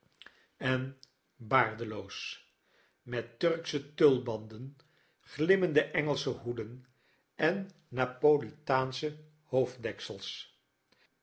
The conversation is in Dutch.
en baardeloos met turksche tulbanden glimmende engelsche hoeden en napolitaansche hoofddeksels